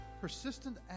Persistent